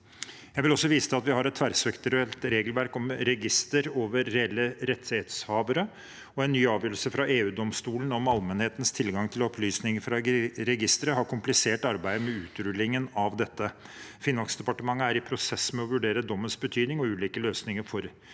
Jeg vil også vise til at vi har et tverrsektorielt regelverk om register over reelle rettighetshavere, og en ny avgjørelse fra EU-domstolen om allmennhetens tilgang til opplysninger fra registeret har komplisert arbeidet med utrullingen av dette. Finansdepartementet er i prosess med å vurdere dommens betydning og ulike løsninger på denne